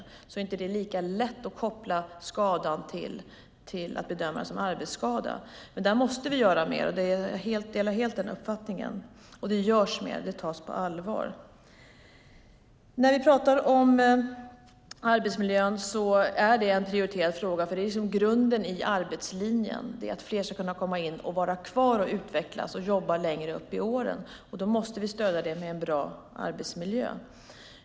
Kvinnors skador är då inte lika lätta att koppla till arbetet och bedöma dem som arbetsskador. Men där måste vi göra mer. Jag delar helt den uppfattningen. Och det görs mer, och det tas på allvar. Arbetsmiljön är en prioriterad fråga eftersom det är grunden i arbetslinjen så att fler ska kunna komma in, vara kvar, utvecklas och jobba längre upp i åren. Då måste vi stödja detta genom en bra arbetsmiljö.